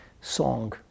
song